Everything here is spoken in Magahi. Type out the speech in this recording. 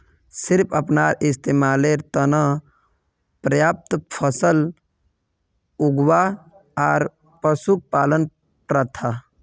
सिर्फ अपनार इस्तमालेर त न पर्याप्त फसल उगव्वा आर पशुक पलवार प्रथा